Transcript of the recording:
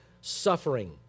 suffering